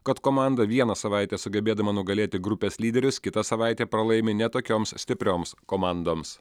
kad komanda vieną savaitę sugebėdama nugalėti grupės lyderius kitą savaitę pralaimi ne tokioms stiprioms komandoms